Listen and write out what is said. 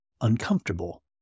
uncomfortable